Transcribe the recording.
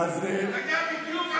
אין לך בעיה אם ליטאי או חסידי.